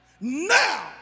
Now